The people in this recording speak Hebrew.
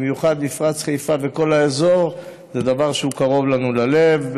במיוחד מפרץ חיפה וכל האזור זה דבר שהוא קרוב לנו ללב,